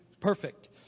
perfect